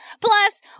Plus